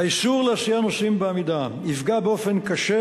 האיסור להסיע נוסעים בעמידה יפגע באופן קשה